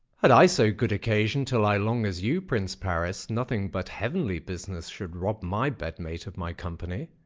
had i so good occasion to lie long as you, prince paris, nothing but heavenly business should rob my bed-mate of my company.